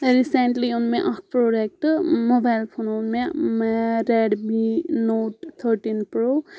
recently اوٚن مےٚ اَکھ پروڈکٹہٕ موبایِل فون اوٚن مےٚ ریٚڈمی نوٹ تھٲٹیٖن پرٛو